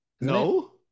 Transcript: No